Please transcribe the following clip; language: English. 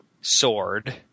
Sword